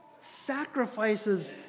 sacrifices